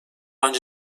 önce